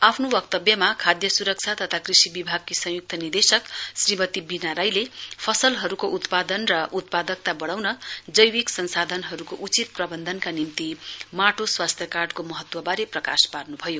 आफ्नो वक्तव्यमा खाद्य सुरक्षा तथा कृषि विभागकी संयुक्त निर्देशक श्रीमती वीणा राईले फसलहरूको उत्पादन र उत्पादकता बढाउन जैविक संसाधनहरूको उचित प्रबन्धनका निम्ति माटो स्वास्थ्य कार्डको महत्वबारे प्रकाश पार्नु भयो